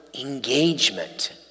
engagement